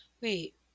Wait